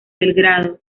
belgrado